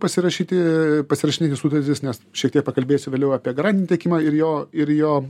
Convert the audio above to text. pasirašyti pasirašinėti sutartis nes šiek tiek pakalbėsiu vėliau apie garantinį teikimą ir jo ir jo